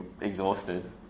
exhausted